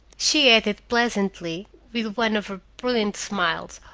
she added pleasantly with one of her brilliant smiles,